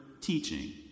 teaching